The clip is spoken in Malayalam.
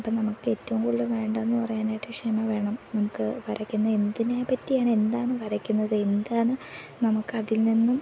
അപ്പം നമക്ക് ഏറ്റവും കൂടുതൽ വേണ്ടതെന്ന് പറയാനായിട്ട് ക്ഷമ വേണം നമുക്ക് വരയ്ക്കുന്നത് എന്തിനെ പറ്റിയാണ് എന്താണ് വരയ്ക്കുന്നത് എന്താണ് നമുക്ക് അതിൽ നിന്നും